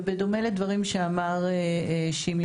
ובדומה לדברים שאמר שימי,